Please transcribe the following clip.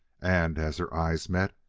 and, as their eyes met,